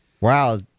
Wow